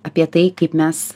apie tai kaip mes